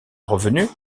revenu